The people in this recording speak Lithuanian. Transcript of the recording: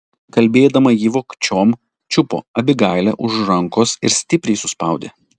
kalbėdama ji vogčiom čiupo abigailę už rankos ir stipriai suspaudė